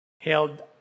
held